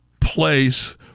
place